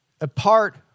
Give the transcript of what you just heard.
apart